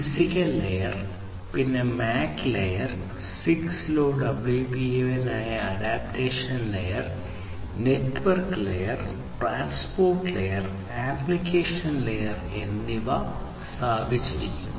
physical layer പിന്നെ MAC layer 6LoWPAN ആയ adaptation layer network layer transport layer application layer എന്നിവ സ്ഥാപിച്ചിരിക്കുന്നു